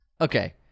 Okay